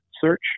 search